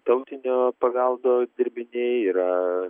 tautinio paveldo dirbiniai yra